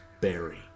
Barry